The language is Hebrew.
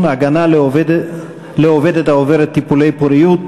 הגנה לעובדת העוברת טיפולי פוריות),